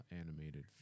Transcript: animated